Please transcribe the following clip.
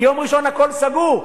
כי ביום ראשון הכול סגור.